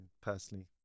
personally